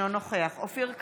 אינו נוכח אופיר כץ,